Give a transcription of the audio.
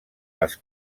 les